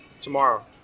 tomorrow